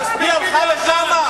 היא הלכה לשם,